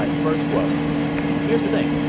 like first quote here's the thing,